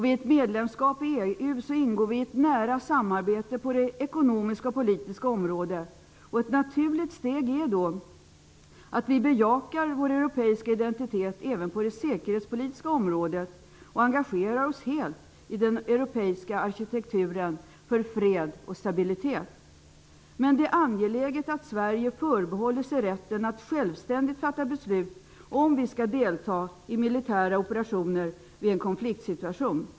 Vid ett medlemskap i EU ingår vi i ett nära samarbete på det ekonomiska och politiska området. Ett naturligt steg är då att vi bejakar vår europeiska identitet även på det säkerhetspolitiska området och engagerar oss helt i den europeiska arkitekturen för fred och stabilitet. Det är dock angeläget att Sverige förbehåller sig rätten att självständigt fatta beslut om huruvida vi skall delta i militära operationer vid en konfliktsituation.